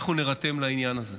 אנחנו נירתם לעניין הזה.